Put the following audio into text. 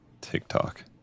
TikTok